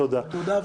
תודה ובהצלחה.